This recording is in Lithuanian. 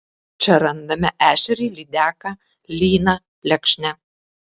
čia randame ešerį lydeką lyną plekšnę